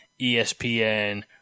ESPN